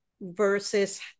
versus